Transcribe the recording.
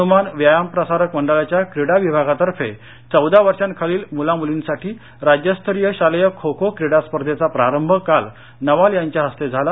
हनुमान व्यायाम प्रसारक मंडळाच्या क्रीडा विभागातर्फे चौदा वर्षांखालील मुला मुलींसाठी राज्यस्तरीय शालेय खो खो क्रीडा स्पर्धेचा प्रारंभ काल नवाल यांच्या हस्ते झाला